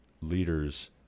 leaders